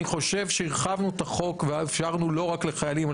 אני חושב שהרחבנו את החוק ואפשרנו לא רק לחיילים,